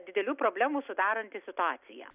didelių problemų sudaranti situacija